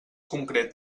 concret